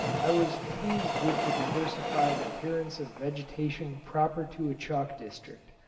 i was pleased with the diversified appearance of vegetation proper to a chalk district,